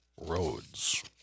roads